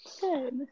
Good